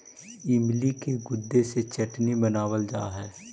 इमली के गुदे से चटनी बनावाल जा हई